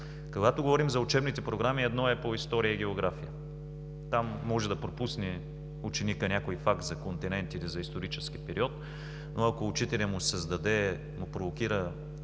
Когато говорим за учебните програми, едно е по история и география. Там ученикът може да пропусне някой факт за континент или за исторически период, но ако учителят му създаде, провокира